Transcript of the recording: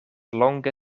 longe